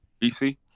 BC